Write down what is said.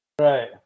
Right